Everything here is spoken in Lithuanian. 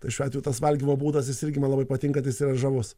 tai šiuo atveju tas valgymo būdas jis irgi man labai patinka jis yra žavus